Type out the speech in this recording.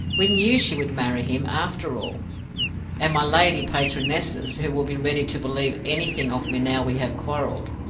we knew she would marry him, after all and my lady-patronesses, who will be ready to believe anything of me now we have quarreled,